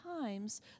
times